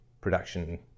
production